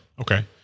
Okay